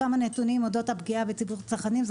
זה כמה נתונים אודות הפגיעה בציבור הצרכנים.